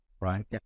right